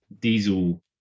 diesel